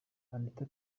anita